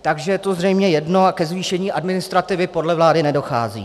Takže je to zřejmě jedno a ke zvýšení administrativy podle vlády nedochází.